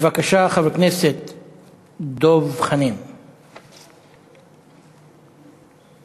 הצעות דחופות לסדר-היום